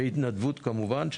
בהתנדבות כמובן,